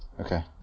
Okay